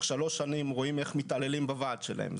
שלוש שנים רואים איך מתעללים בוועד שלהם,